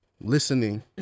listening